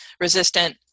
resistant